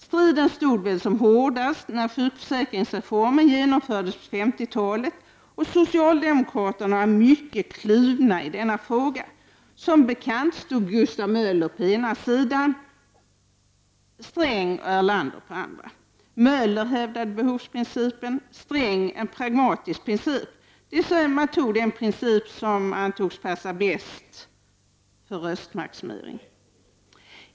Striden stod väl som hårdast när sjukförsäkringsreformen genomfördes på 50-talet, och socialdemokraterna var mycket kluvna i denna fråga. Som bekant stod Gustav Möller mot Sträng och Erlander. Möller hävdade behovsprincipen. Sträng hävdade en pragmatisk princip, dvs. man antog den princip som antogs passa röstmaximeringen bäst.